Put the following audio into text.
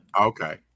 Okay